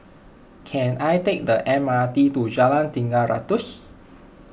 can I take the M R T to Jalan Tiga Ratus